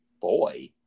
boy